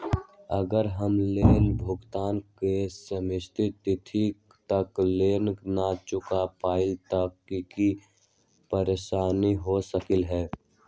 अगर हम लोन भुगतान करे के सिमित तिथि तक लोन न चुका पईली त की की परेशानी हो सकलई ह?